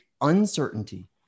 uncertainty